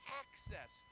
access